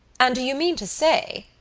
and do you mean to say,